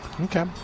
Okay